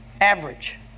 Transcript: Average